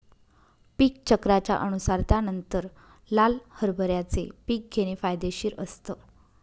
पीक चक्राच्या अनुसार त्यानंतर लाल हरभऱ्याचे पीक घेणे फायदेशीर असतं